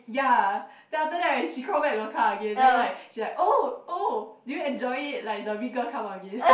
ya then after that right she come back into the car again then she like oh oh did you enjoy it like the mean girl come again